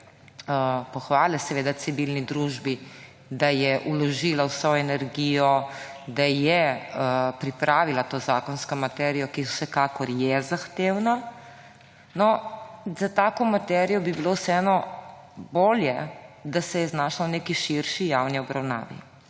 pohvale seveda civilni družbi, da je vložila vso energijo, da je pripravila to zakonsko materijo, ki vsekakor je zahtevna, bi bilo za tako materijo vseeno bolje, da se je znašla v neki širši javni obravnavi.